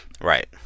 Right